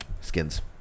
Skins